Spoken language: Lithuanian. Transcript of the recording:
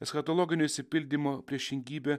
eschatologinio išsipildymo priešingybė